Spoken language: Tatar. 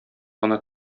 гына